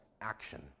action